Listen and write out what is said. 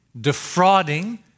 defrauding